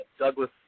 Douglas